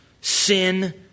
Sin